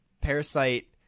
parasite